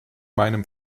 meinem